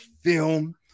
film